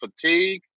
fatigue